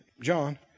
John